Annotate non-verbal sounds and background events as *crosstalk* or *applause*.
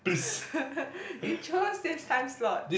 *laughs* you chose this time slot